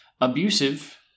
abusive